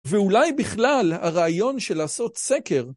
ואולי בכלל הרעיון של לעשות סקר